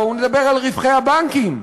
בואו נדבר על רווחי הבנקים,